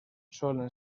solen